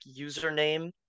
username